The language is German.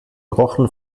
rochen